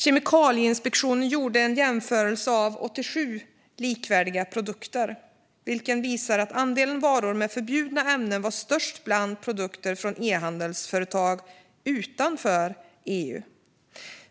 Kemikalieinspektionen gjorde en jämförelse av 87 likvärdiga produkter, vilken visade att andelen varor med förbjudna ämnen var störst bland produkter från e-handelsföretag utanför EU.